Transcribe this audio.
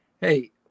Hey